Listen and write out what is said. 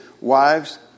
wives